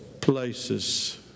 places